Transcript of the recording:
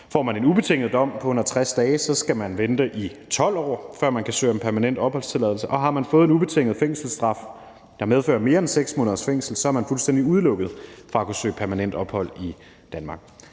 Får man en ubetinget dom på under 60 dage, skal man vente i 12 år, før man kan søge om permanent opholdstilladelse, og har man fået en ubetinget fængselsstraf, der medfører mere end 6 måneders fængsel, er man fuldstændig udelukket fra at kunne søge permanent ophold i Danmark.